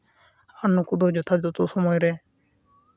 ᱟᱨ ᱱᱩᱠᱩ ᱫᱚ ᱡᱚᱛᱷᱟ ᱡᱚᱛᱷᱚ ᱥᱚᱢᱚᱭ ᱨᱮ